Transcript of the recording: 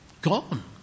Gone